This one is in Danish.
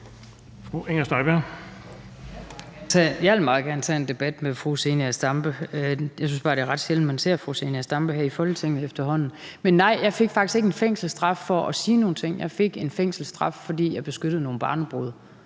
Jeg vil meget gerne tage en debat med fru Zenia Stampe, men jeg synes efterhånden bare, det er ret sjældent, man ser fru Zenia Stampe her i Folketinget. Men nej, jeg fik faktisk ikke en fængselsstraf for at sige nogle ting; jeg fik en fængselsstraf, fordi jeg beskyttede nogle barnebrude.